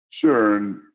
Sure